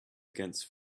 against